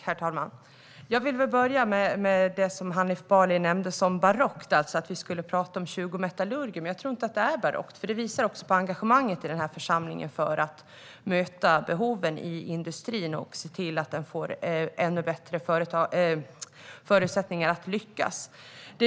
Herr talman! Hanif Bali kallade det barockt att vi talar om 20 metallurger. Jag tycker inte att det är barockt. Det visar på engagemanget i den här församlingen för att möta industrins behov och se till att den får ännu bättre förutsättningar att lyckas.